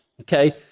okay